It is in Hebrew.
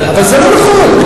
אבל זה לא נכון.